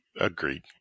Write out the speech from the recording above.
Agreed